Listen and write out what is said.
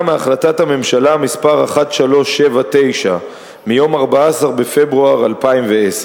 מהחלטת הממשלה מס' 1379 מיום 14 בפברואר 2010,